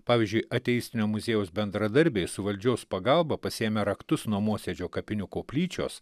pavyzdžiui ateistinio muziejaus bendradarbiai su valdžios pagalba pasiėmę raktus nuo mosėdžio kapinių koplyčios